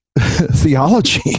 theology